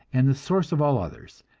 and the source of all others,